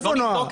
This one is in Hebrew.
איפה נועה?